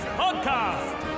podcast